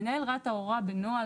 מנהל רת"א הורה בנוהל,